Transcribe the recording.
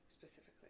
specifically